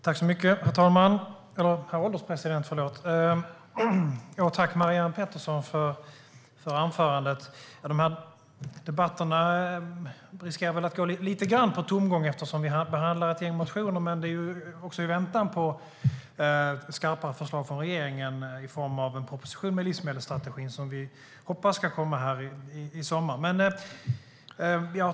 Herr ålderspresident! Tack, Marianne Pettersson, för anförandet! De här debatterna riskerar väl att gå lite grann på tomgång, eftersom vi behandlar ett gäng motioner. Men det är också i väntan på skarpare förslag i form av en proposition med livsmedelsstrategin som vi hoppas ska komma i sommar.